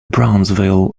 brownsville